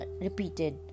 repeated